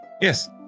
Yes